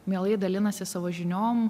mielai dalinasi savo žiniom